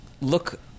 look